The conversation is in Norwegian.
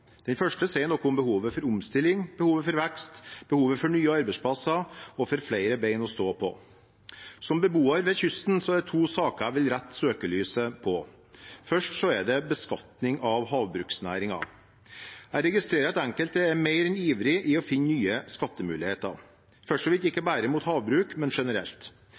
Den første sier noe om behovet for omstilling, behovet for vekst, behovet for nye arbeidsplasser og for flere ben å stå på. Som beboer ved kysten er det to saker jeg vil rette søkelyset på. Først er det beskatning av havbruksnæringen. Jeg registrerer at enkelte er mer enn ivrig etter å finne nye skattemuligheter – for så vidt ikke bare mot havbruk, men generelt.